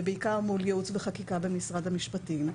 ובעיקר מול ייעוץ וחקיקה במשרד המשפטים,